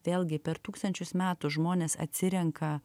vėlgi per tūkstančius metų žmonės atsirenka